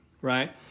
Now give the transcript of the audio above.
right